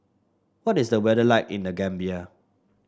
what is the weather like in The Gambia